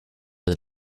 than